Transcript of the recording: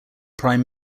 prime